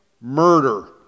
murder